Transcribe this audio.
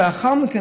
ולאחר מכן,